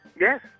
Yes